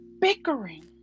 bickering